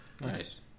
Nice